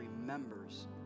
remembers